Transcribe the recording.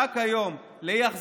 אתה עם